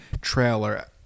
trailer